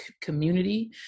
community